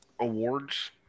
awards